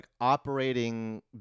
operating